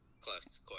Close